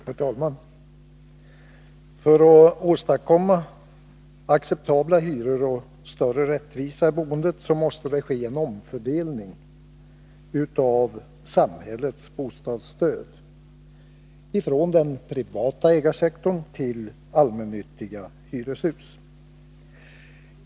Herr talman! För att åstadkomma acceptabla hyror och större rättvisa i boendet måste man göra en omfördelning av samhällets bostadsstöd, från den privata ägarsektorn till allmännyttiga hyreshus.